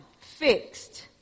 fixed